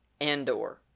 Andor